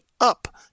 up